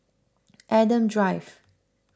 Adam Drive